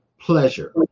pleasure